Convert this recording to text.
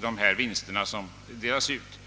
de vinster som delas ut.